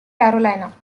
carolina